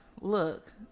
look